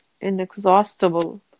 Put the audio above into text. inexhaustible